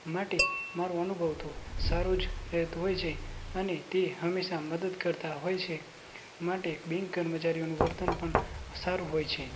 માટે મારો અનુભવ તો સારો જ રહેતો હોય છે અને તે હંમેશાં મદદ કરતાં હોય છે માટે બેન્ક કર્મચારીઓનું વર્તન પણ સારું હોય છે